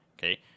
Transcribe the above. Okay